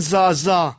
Zaza